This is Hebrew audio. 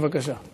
בבקשה.